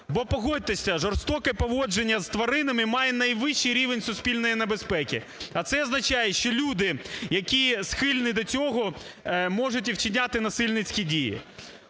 Бо, погодьтеся, жорстоке поводження з тваринами має найвищий рівень суспільної небезпеки. А це означає, що люди, які схильні до цього, можуть і вчиняти насильницькі дії.